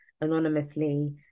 anonymously